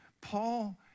Paul